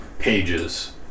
pages